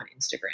Instagram